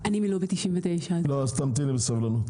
אני מלובי 99. אז תמתיני בסבלנות.